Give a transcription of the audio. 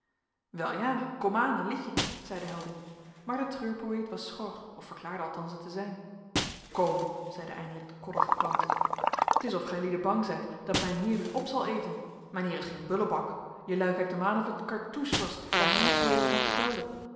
wel ja komaan een liedje zeide helding maar de treurpoëet was schor of verklaarde althans het te zijn kom zeide eindelijk de koddige kwant t is of gijlieden bang zijt dat mijn heer u op zal eten mijn heer is geen bullebak jelui kijkt hem aan of het cartouche was daar heynsz zoo even van vertelde